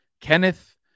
Kenneth